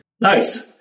Nice